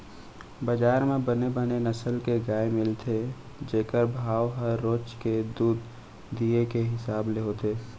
बजार म बने बने नसल के गाय मिलथे जेकर भाव ह रोज के दूद दिये के हिसाब ले होथे